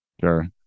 Sure